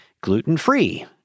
gluten-free